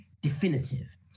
definitive